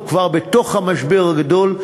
או כבר בתוך המשבר הגדול,